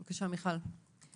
בבקשה, מיכל.